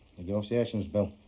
negotiations, bill.